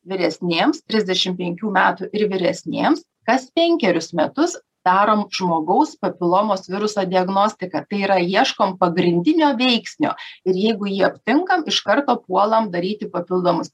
vyresnėms trisdešim penkių metų ir vyresnėms kas penkerius metus darom žmogaus papilomos viruso diagnostiką tai yra ieškome pagrindinio veiksnio ir jeigu jį aptinkam iš karto puolam daryti papildomus